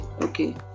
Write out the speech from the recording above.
Okay